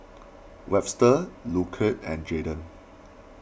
Webster Lucile and Jadyn